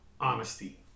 honesty